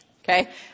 okay